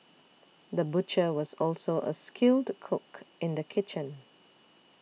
the butcher was also a skilled cook in the kitchen